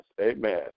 Amen